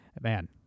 man